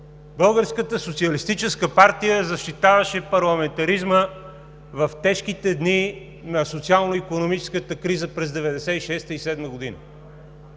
Българската социалистическа партия защитаваше парламентаризма в тежките дни на социално-икономическата криза през 1996 г.